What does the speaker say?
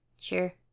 Sure